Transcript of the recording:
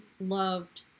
loved